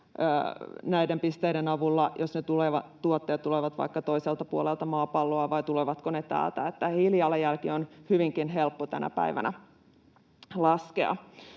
näiden pisteiden avulla, jos tuotteet tulevat vaikka toiselta puolelta maapalloa tai tulevat täältä. Hiilijalanjälki on hyvinkin helppo tänä päivänä laskea,